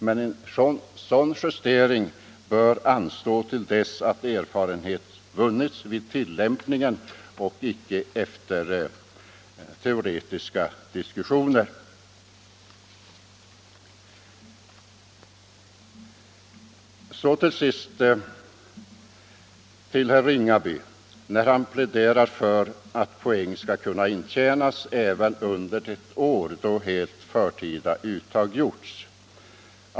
Men en sådan justering bör anstå till dess erfarenhet vunnits vid tillämpningen och icke efter teoretiska diskussioner. Herr Ringaby pläderar för att poäng skall kunna intjänas även under år då helt förtida uttag gjorts.